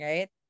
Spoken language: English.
Right